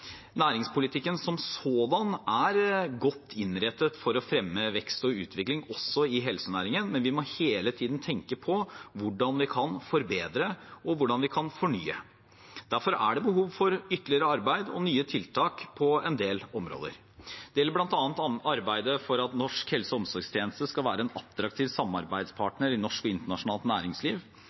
Næringspolitikken som sådan er godt innrettet for å fremme vekst og utvikling også i helsenæringen, men vi må hele tiden tenke på hvordan vi kan forbedre, og hvordan vi kan fornye. Derfor er det behov for ytterligere arbeid og nye tiltak på en del områder. Det gjelder bl.a. å arbeide for at norsk helse- og omsorgstjeneste skal være en attraktiv samarbeidspartner i norsk og internasjonalt næringsliv.